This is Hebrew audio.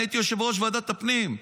אני הייתי יושב-ראש ועדת הפנים.